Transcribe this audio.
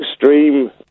extreme